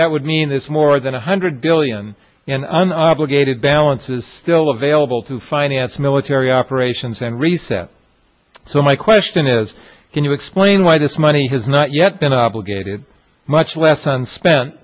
that would mean this more than one hundred billion in an obligated balance is still available to finance military operations and recep so my question is can you explain why this money has not yet been obligated much less and spent